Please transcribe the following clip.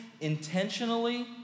intentionally